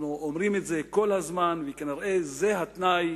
אנחנו אומרים את זה כל הזמן, וזה תנאי